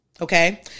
Okay